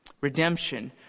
Redemption